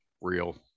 real